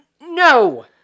no